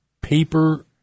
paper